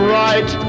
right